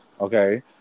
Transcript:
Okay